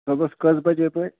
صُبَس کٔژ بَجے بٲگۍ